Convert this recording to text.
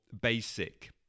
basic